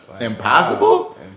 Impossible